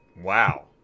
Wow